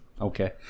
Okay